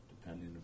Depending